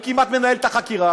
הוא כמעט מנהל את החקירה,